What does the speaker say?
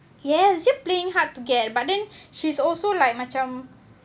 yes dia playing hard to get but then she's also like macam